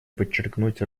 подчеркнуть